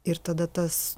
ir tada tas